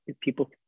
people